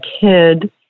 kid